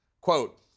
quote